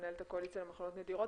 מנהלת הקואליציה למחלות נדירות,